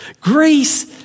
Grace